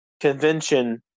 convention